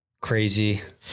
Crazy